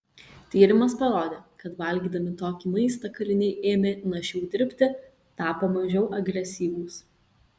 tyrimas parodė kad valgydami tokį maistą kaliniai ėmė našiau dirbti tapo mažiau agresyvūs